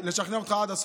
לשכנע אותך עד הסוף.